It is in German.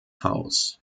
haus